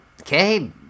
okay